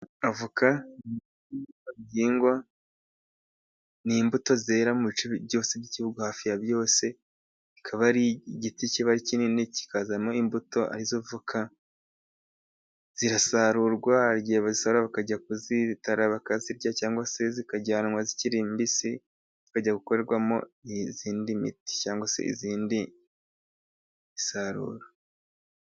Avoka ni igihingwa ni imbuto zera mu bice byose by'igihugu hafi ya byose, kikaba ari igiti kiba kinini kikazamo imbuto ari zo voka, zirasarurwa igihe basaruye bakajya kuzitara bakazirya cyangwa se zikajyanwa zikiri mbisi, zikajya gukorwamo iyindi miti cyangwa se iyindi misaruro.